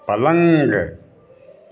पलंग